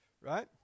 right